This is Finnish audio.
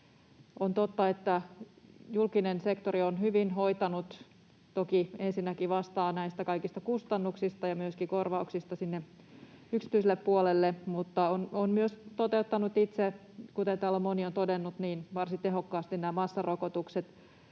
On totta, että julkinen sektori on tämän hyvin hoitanut, toki ensinnäkin vastaa näistä kaikista kustannuksista ja myöskin korvauksista sinne yksityiselle puolelle, mutta on myös toteuttanut itse, kuten täällä moni on todennut, varsin tehokkaasti nämä massarokotukset,